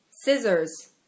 Scissors